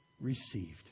received